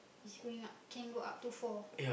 is going up can go up to four